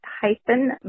hyphen